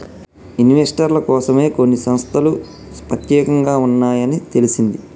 ఇన్వెస్టర్ల కోసమే కొన్ని సంస్తలు పెత్యేకంగా ఉన్నాయని తెలిసింది